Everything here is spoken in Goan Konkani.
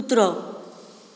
कुत्रो